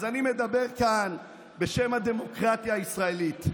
אז אני מדבר כאן בשם הדמוקרטיה הישראלית,